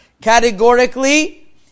categorically